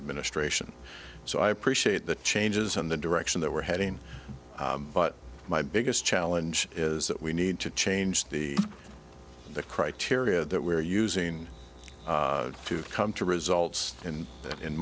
administration so i appreciate the changes and the direction that we're heading but my biggest challenge is that we need to change the the criteria that we're using to come to results and that in